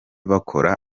bakora